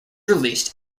released